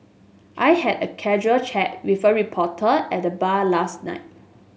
I had a casual chat with a reporter at the bar last night